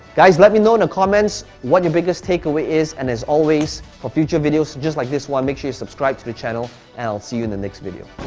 guys, let me know in the comments what your biggest takeaway is and as always, for future videos, just like this one, make sure you subscribe to the channel and i'll see you in the next video.